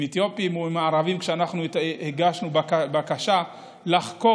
עם אתיופים או עם ערבים, כשאנחנו הגשנו בקשה לחקור